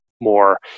more